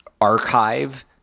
archive